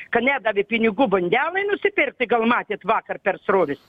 kad nedavė pinigų bandelei nusipirkti gal matėt vakar per sroves